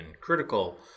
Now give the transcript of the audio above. critical